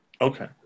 Okay